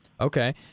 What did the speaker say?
Okay